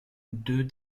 deux